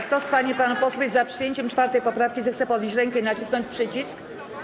Kto z pań i panów posłów jest za przyjęciem 4. poprawki, zechce podnieść rękę i nacisnąć przycisk.